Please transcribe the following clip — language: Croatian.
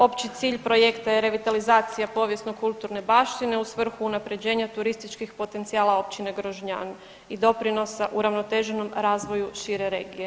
Opći cilj projekta je revitalizacija povijesno kulturne baštine u svrhu unapređenja turističkih potencijala općine Grožnjan i doprinosa uravnoteženom razvoju šire regije.